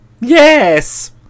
Yes